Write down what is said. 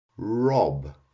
rob